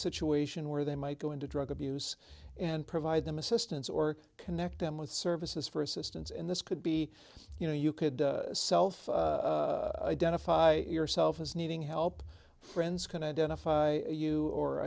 situation where they might go into drug abuse and provide them assistance or connect them with services for assistance and this could be you know you could self identify yourself as needing help friends can identify you or